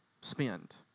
spend